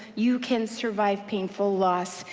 you can survive painful loss.